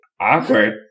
awkward